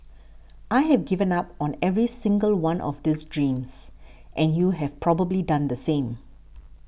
I have given up on every single one of these dreams and you have probably done the same